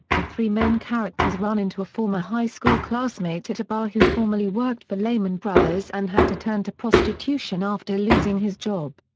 the three main characters run into a former high school classmate at a bar who formerly worked for lehman brothers and had to turn to prostitution after losing his job.